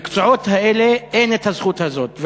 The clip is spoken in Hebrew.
במקצועות האלה אין הזכות הזאת,